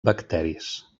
bacteris